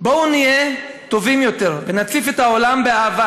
בואו נהיה טובים יותר, ונציף את העולם באהבה